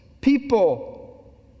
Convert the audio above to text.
people